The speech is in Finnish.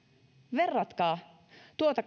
verratkaa tuota